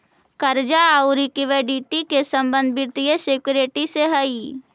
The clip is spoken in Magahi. कर्जा औउर इक्विटी के संबंध वित्तीय सिक्योरिटी से हई